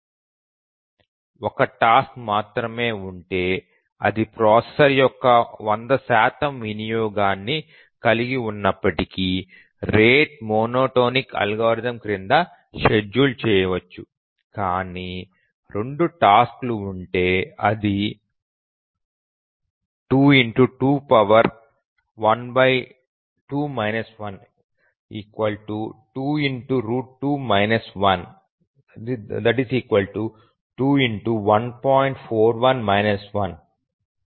1 task మాత్రమే ఉంటే అది ప్రాసెసర్ యొక్క 100 వినియోగాన్ని కలిగి ఉన్నప్పటికీ రేటు మోనోటోనిక్ అల్గోరిథం క్రింద షెడ్యూల్ చేయవచ్చు కానీ 2 టాస్క్లు ఉంటే అది 2 2√2 1 21